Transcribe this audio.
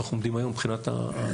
אנחנו עומדים היום מבחינת הנתונים.